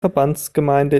verbandsgemeinde